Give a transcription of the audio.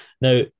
Now